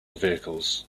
vehicles